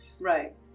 Right